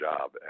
job